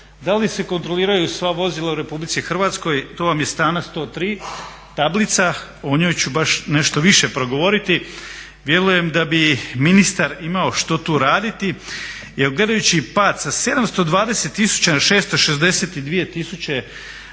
da li se kontroliraju sva vozila u RH, to vam je strana 103. tablica, o njoj ću baš nešto više progovoriti. Vjerujem da bi ministar imao što tu raditi jer gledajući pad sa 720 tisuća na 662